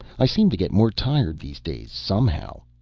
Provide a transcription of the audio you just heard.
i seem to get more tired these days, somehow.